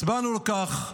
הצבענו על כך,